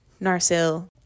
Narsil